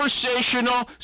conversational